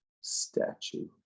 statue